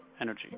energy